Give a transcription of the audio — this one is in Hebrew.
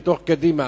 בתוך קדימה,